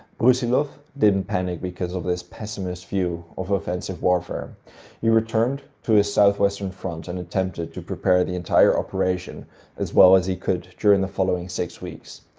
brusilov didn't panic because of this pessimist view of offensive warfare though. he returned to his southwestern front and attempted to prepare the entire operation as well as he could during the following six weeks.